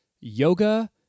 yoga